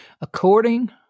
according